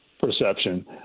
perception